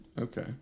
okay